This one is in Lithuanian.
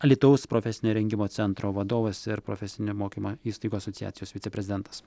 alytaus profesinio rengimo centro vadovas ir profesinio mokymo įstaigų asociacijos viceprezidentas